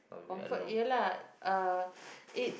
comfort ya lah uh it's